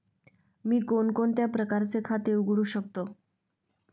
मी कोणकोणत्या प्रकारचे खाते उघडू शकतो?